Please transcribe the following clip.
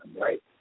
Right